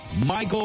Michael